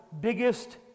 biggest